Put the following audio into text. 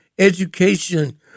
Education